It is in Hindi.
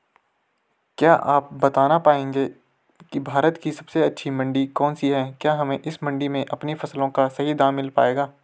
क्या आप बताना पाएंगे कि भारत की सबसे अच्छी मंडी कौन सी है क्या हमें इस मंडी में अपनी फसलों का सही दाम मिल पायेगा?